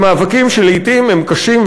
במאבקים שלעתים הם קשים,